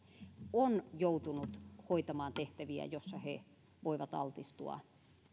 on joutunut hoitamaan tehtäviä joissa he voivat altistua